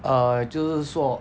err 就是说